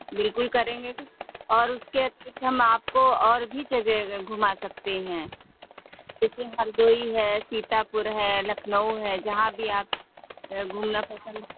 बिल्कुल करेंगे और उसके अतिरिक्त हम आपको और भी जगह घुमा सकते हैं जैसे हरदोई है सीतापुर है लखनऊ है जहाँ भी आप घूमना पसंद